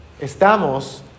Estamos